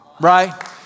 right